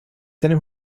seinen